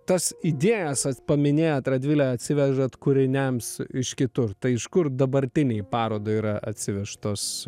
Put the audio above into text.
tas idėjas paminėjot radvilę atsivežat kūriniams iš kitur tai iš kur dabartinei parodai yra atsivežtos